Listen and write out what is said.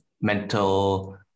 mental